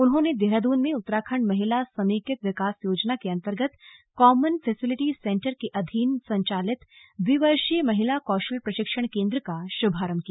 उन्होंने देहरादून में उत्तराखण्ड महिला समेकित विकास योजना के अन्तर्गत कॉमन फैसिलिटी सेन्टर के अधीन संचालित द्विवर्षीय महिला कौशल प्रशिक्षण केन्द्र का शुभारम्भ किया